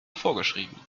vorgeschrieben